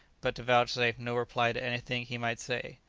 but to vouchsafe no reply to anything he might say.